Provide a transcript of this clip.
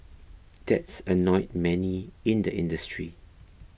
that's annoyed many in the industry